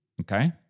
Okay